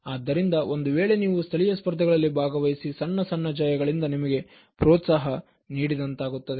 ಆದ್ದರಿಂದ ಒಂದು ವೇಳೆ ನೀವು ಸ್ಥಳೀಯ ಸ್ಪರ್ಧೆಗಳಲ್ಲಿ ಭಾಗವಹಿಸಿ ಸಣ್ಣ ಸಣ್ಣ ಜಯಗಳಿಂದ ನಿಮಗೆ ಪ್ರೋತ್ಸಾಹ ನೀಡಿದಂತಾಗುತ್ತದೆ